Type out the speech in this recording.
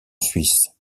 suisse